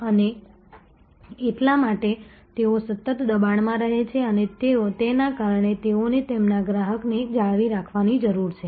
અને એટલા માટે તેઓ સતત દબાણમાં રહે છે અને તેના કારણે તેઓએ તેમના ગ્રાહકોને જાળવી રાખવાની જરૂર છે